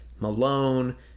Malone